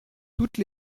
toutes